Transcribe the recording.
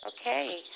Okay